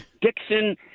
Dixon